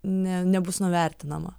ne nebus nuvertinama